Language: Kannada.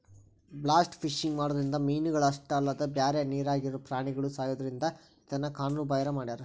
ಬ್ಲಾಸ್ಟ್ ಫಿಶಿಂಗ್ ಮಾಡೋದ್ರಿಂದ ಮೇನಗಳ ಅಷ್ಟ ಅಲ್ಲದ ಬ್ಯಾರೆ ನೇರಾಗಿರೋ ಪ್ರಾಣಿಗಳು ಸಾಯೋದ್ರಿಂದ ಇದನ್ನ ಕಾನೂನು ಬಾಹಿರ ಮಾಡ್ಯಾರ